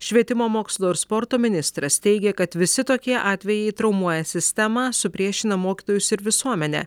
švietimo mokslo ir sporto ministras teigia kad visi tokie atvejai traumuoja sistemą supriešina mokytojus ir visuomenę